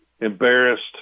embarrassed